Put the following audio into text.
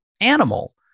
animal